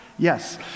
Yes